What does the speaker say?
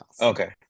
okay